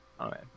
Okay